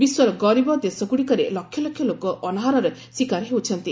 ବିଶ୍ୱର ଗରିବ ଦେଶଗୁଡ଼ିକରେ ଲକ୍ଷଲକ୍ଷ ଲୋକ ଅନାହାରର ଶିକାର ହେଉଛନ୍ତି